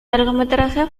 largometraje